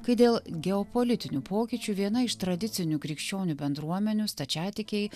kai dėl geopolitinių pokyčių viena iš tradicinių krikščionių bendruomenių stačiatikiai